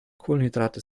kohlenhydrate